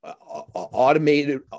automated